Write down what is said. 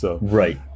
Right